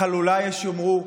חלולה יש יאמרו,